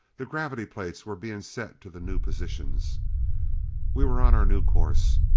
the gravity plates were being set to the new positions we were on our new course.